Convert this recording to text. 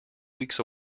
weeks